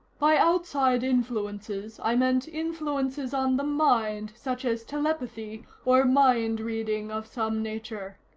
by outside influences, i meant influences on the mind, such as telepathy or mind-reading of some nature.